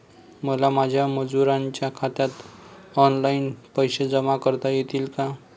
मला माझ्या मजुरांच्या खात्यात ऑनलाइन पैसे जमा करता येतील का?